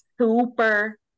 super